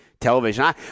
television